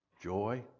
joy